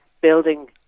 building